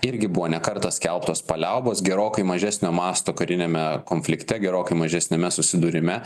irgi buvo ne kartą skelbtos paliaubos gerokai mažesnio masto kariniame konflikte gerokai mažesniame susidūrime